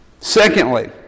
Secondly